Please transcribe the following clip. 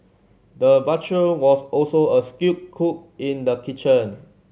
the butcher was also a skilled cook in the kitchen